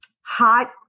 hot